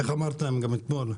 איך אמרת אתמול,